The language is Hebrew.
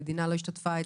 המדינה לא השתתפה?